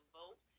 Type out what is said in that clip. vote